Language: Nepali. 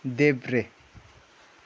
देब्रे